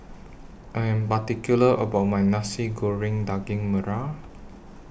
I Am particular about My Nasi Goreng Daging Merah